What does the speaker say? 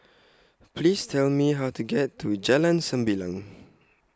Please Tell Me How to get to Jalan Sembilang